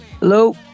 Hello